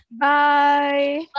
Bye